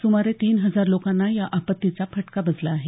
सुमारे तीन हजार लोकांना या आपत्तीचा फटका बसला आहे